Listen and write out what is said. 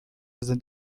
sind